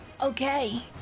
Okay